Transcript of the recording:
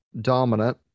dominant